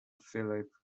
philip